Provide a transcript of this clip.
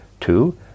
two